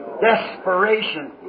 desperation